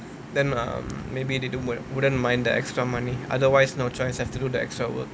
then um maybe they don't wouldn't mind the extra money otherwise no choice have to do the extra work